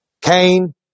Cain